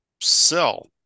sell